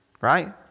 right